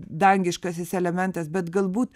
dangiškasis elementas bet galbūt